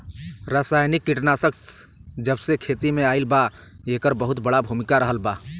रासायनिक कीटनाशक जबसे खेती में आईल बा येकर बहुत बड़ा भूमिका रहलबा